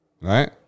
Right